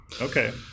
okay